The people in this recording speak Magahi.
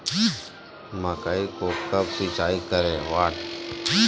मकई को कब सिंचाई करे?